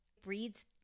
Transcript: breeds